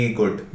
good